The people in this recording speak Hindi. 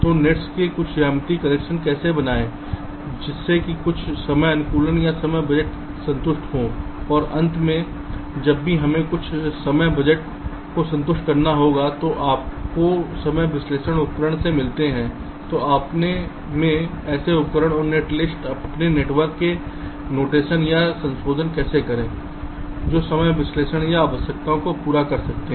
तो नेट्स के लिए ज्यामिति कनेक्शन कैसे बनाएं जिससे कि कुछ समय अनुमान या समय बजट संतुष्ट हो और अंत में जब भी हमें कुछ समय बजट को संतुष्ट करना होता है जो आपको समय विश्लेषण उपकरण से मिलता है तो अपने में ऐसे उपकरण और नेट लिस्ट अपने नेटवर्क में नोटेशन या संशोधन कैसे करें जो समय विश्लेषण या आवश्यकताओं को पूरा कर सकते हैं